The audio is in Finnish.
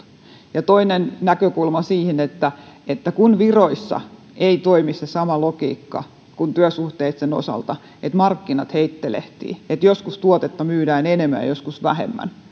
ja toinen näkökulma siihen on että viroissa ei toimi se sama logiikka kuin työsuhteisten osalta että markkinat heittelehtivät että joskus tuotetta myydään enemmän ja joskus vähemmän